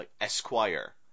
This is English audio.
Esquire